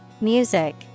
music